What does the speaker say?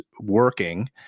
working